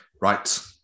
Right